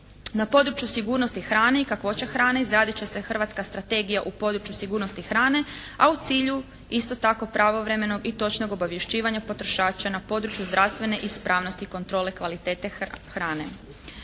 Na području sigurnosti hrane i kakvoća hrane izradit će se hrvatska strategija u području sigurnosti hrane, a u cilju isto tako pravovremenog i točnog obavješćivanja potrošača na području zdravstvene ispravnosti i kontrole kvalitete hrane.